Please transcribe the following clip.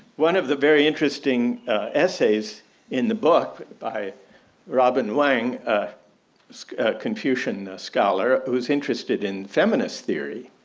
one of the very interesting essays in the book by robin wang, a confucian scholar who's interested in feminist theory,